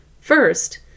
First